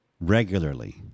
regularly